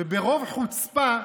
וברוב חוצפה,